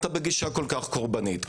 בגישה כל כך קרבנית?